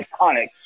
iconic